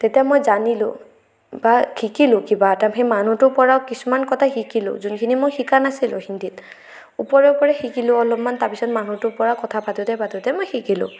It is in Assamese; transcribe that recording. তেতিয়া মই জানিলোঁ বা শিকিলোঁ কিবা এটা সেই মানুহটোৰ পৰাও কিছুমান কথা শিকিলোঁ যোনখিনি মই শিকা নাছিলোঁ হিন্দীত ওপৰে ওপৰে শিকিলোঁ অলপমান তাৰপিছত মানুহটোৰ পৰা কথা পাতোতে পাতোতে মই শিকিলোঁ